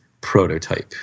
prototype